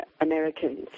Americans